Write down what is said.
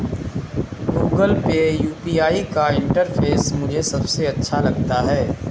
Google Pay UPI का interface मुझे सबसे अच्छा लगता है